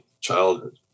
childhood